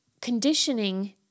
conditioning